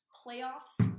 playoffs